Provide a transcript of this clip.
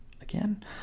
Again